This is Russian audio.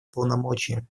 полномочиями